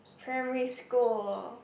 primary school